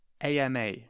AMA